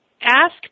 ask